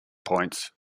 points